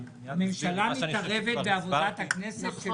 ואני מייד אסביר --- הממשלה מתערבת בעבודת הכנסת,